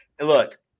Look